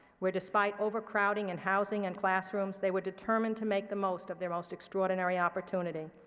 where, despite overcrowding in housing and classrooms, they were determined to make the most of their most extraordinary opportunity.